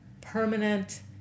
permanent